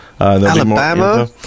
Alabama